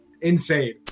insane